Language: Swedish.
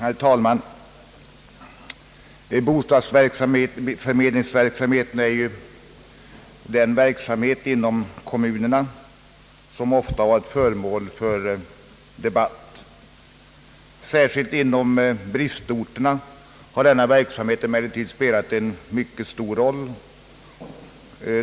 Herr talman! Bostadsförmedlingen är ju en kommunal verksamhet som ofta varit föremål för debatt. Särskilt inom bristorterna har denna verksamhet spelat en mycket stor roll.